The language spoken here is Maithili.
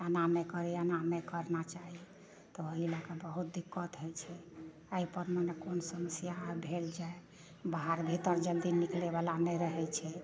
अना नहि करी एना नहि करना चाही तऽ ओही लए कऽ बहुत दिक्कत होइ छै एहिपर मने कोन समस्या आर ढैरि जए बाहर भीतर जल्दी निकलैबला नहि रहै छै